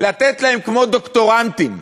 לתת להם כמו לדוקטורנטים.